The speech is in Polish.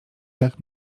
tak